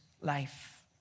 life